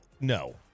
no